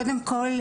קודם כל,